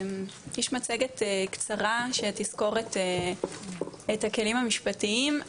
יש מצגת קצרה שתסקור את הכלים המשפטיים,